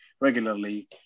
regularly